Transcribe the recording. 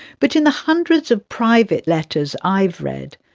but in the hundreds of private letters i've read,